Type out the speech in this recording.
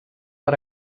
per